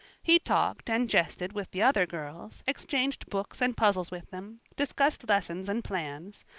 he talked and jested with the other girls, exchanged books and puzzles with them, discussed lessons and plans,